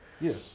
Yes